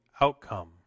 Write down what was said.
outcome